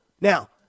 Now